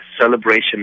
celebration